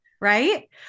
right